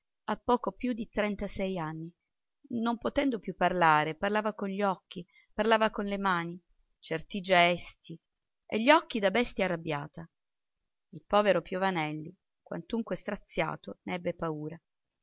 a poco più di trentasei anni non potendo più parlare parlava con gli occhi parlava con le mani certi gesti e gli occhi da bestia arrabbiata il povero piovanelli quantunque straziato ne ebbe paura